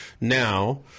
Now